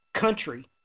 country –